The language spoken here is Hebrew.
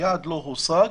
היעד לא הושג,